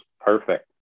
perfect